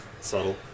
Subtle